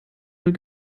will